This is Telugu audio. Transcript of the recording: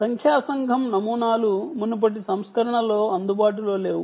సంఖ్యా సంఘం నమూనాలు మునుపటి సంస్కరణలో అందుబాటులో లేవు